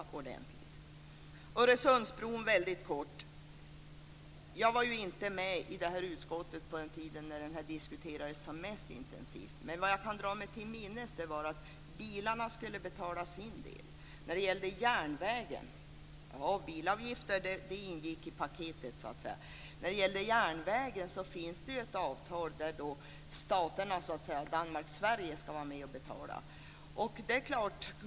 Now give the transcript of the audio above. När det gäller Öresundsbron var jag ju inte med i trafikutskottet då den diskuterades som mest intensivt, men jag kan dra mig till minnes att bilarna skulle betala sin del. Bilavgifter ingick så att säga i paketet. Sedan finns det ett avtal som säger att staterna, Danmark och Sverige, ska vara med och betala för tågtrafiken.